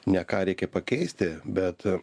ne ką reikia pakeisti bet